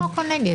לא הבנתי.